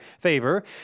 favor